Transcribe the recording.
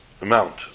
amount